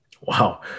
Wow